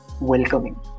welcoming